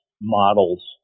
models